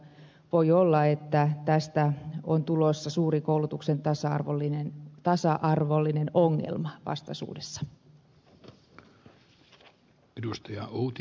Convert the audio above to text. voi olla että tästä on tulossa suuri koulutuksen tasa arvollinen ongelma vastaisuudessa